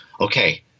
okay